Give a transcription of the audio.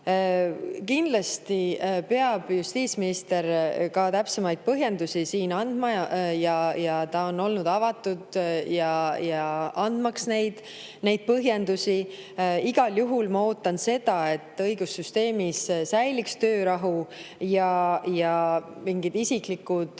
Kindlasti peab justiitsminister seda ka täpsemalt põhjendama. Ta on olnud avatud, andmaks neid põhjendusi. Igal juhul ma ootan seda, et õigussüsteemis säiliks töörahu ja mingid isiklikud